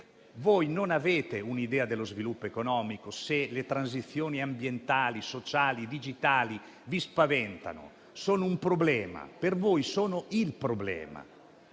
Voi non avete un'idea dello sviluppo economico se le transizioni ambientali, sociali e digitali vi spaventano; sono un problema, anzi per voi sono il problema.